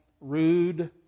rude